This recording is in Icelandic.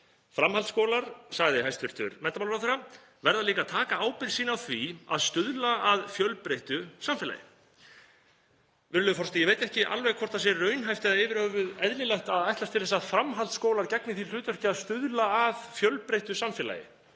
Framhaldsskólar, sagði hæstv. menntamálaráðherra, verða líka að taka ábyrgð sína á því að stuðla að fjölbreyttu samfélagi. Virðulegur forseti. Ég veit ekki alveg hvort það er raunhæft eða yfirhöfuð eðlilegt að ætlast til þess að framhaldsskólar gegni því hlutverki að stuðla að fjölbreyttu samfélagi,